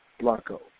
Blanco